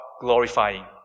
glorifying